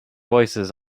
voices